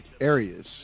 areas